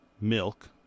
milk